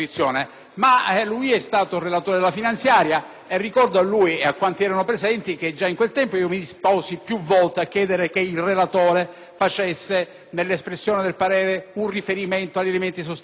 Ricordo a lui e a quanti erano presenti che già a quel tempo io mi esposi più volte a chiedere che il relatore facesse, nell'espressione del parere, un riferimento agli elementi sostanziali presenti nella richiesta emendativa.